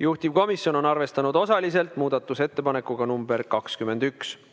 juhtivkomisjon on seda arvestanud osaliselt muudatusettepanekuga nr 21.